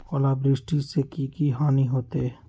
ओलावृष्टि से की की हानि होतै?